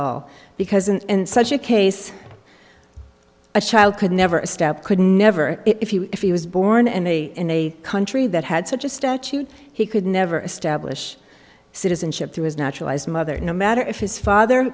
all because in such a case a child could never a step could never if he was born in a in a country that had such a statute he could never establish citizenship through his naturalized mother no matter if his father